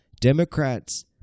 Democrats